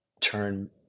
turn